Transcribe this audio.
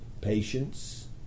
patience